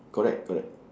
correct correct